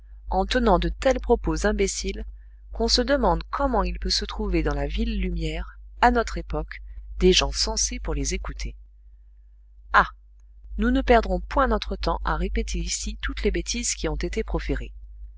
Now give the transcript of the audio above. en tenant de tels propos imbéciles qu'on se demande comment il peut se trouver dans la ville lumière à notre époque des gens sensés pour les écouter ah nous ne perdrons point notre temps à répéter ici toutes les bêtises qui ont été proférées